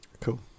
Cool